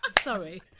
Sorry